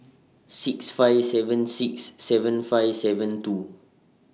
six five seven six seven five seven two